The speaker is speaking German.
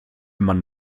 man